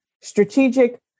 strategic